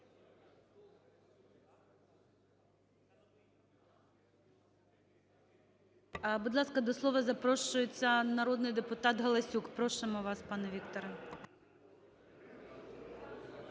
Будь ласка, до слова запрошується народний депутат Галасюк. Просимо вас, пане Вікторе.